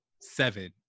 seven